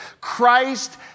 Christ